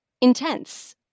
intense